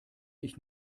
ich